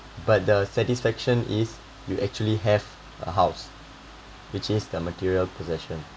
but the satisfaction is you actually have a house which is the material possession